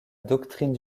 doctrine